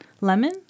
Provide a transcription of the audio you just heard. lemon